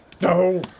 No